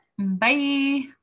Bye